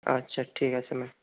আচ্ছা ঠিক আছে ম্যাম